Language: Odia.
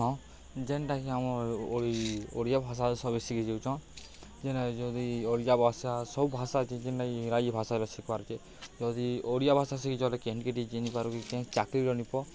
ହଁ ଯେନ୍ଟାକି ଆମର ଓଡ଼ିଆ ଭାଷା ସବୁ ଶିଖି ଯାଉଛନ୍ ଯେନ୍ ଯଦି ଓଡ଼ିଆ ଭାଷା ସବୁ ଭାଷା ଇଂରାଜୀ ଭାଷାରେ ଶିଖ୍ବାର ଅଛି ଯଦି ଓଡ଼ିଆ ଭାଷା ଶିଖିଚଲେ କେନ୍ କେଟି ଚିନ୍ହିପାରୁ କେ ଚାକିରିର ନିପ